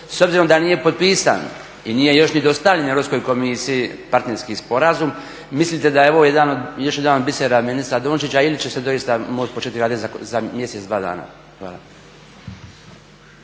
s obzirom da nije potpisan i nije još ni dostavljen Europskoj komisiji partnerski sporazum mislite da je ovo jedan, još jedan od bisera ministra Dončića ili će se doista moći početi raditi za mjesec, dva dana. Hvala.